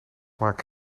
maak